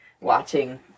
watching